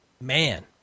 Man